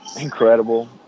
Incredible